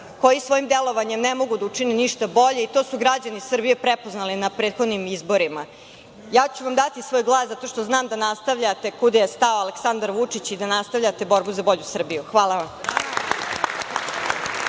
koji svojim delovanjem ne mogu da učine ništa bolje i to su građani Srbije prepoznali na prethodnim izborima. Ja ću vam dati svoj glas zato što znam da nastavljate kuda je stao Aleksandar Vučić i da nastavljate borbu za bolju Srbiju. Hvala vam.